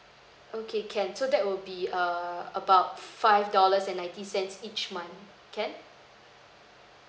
okay can so that will be err about five dollars and ninety cents each month can